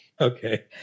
Okay